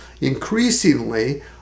increasingly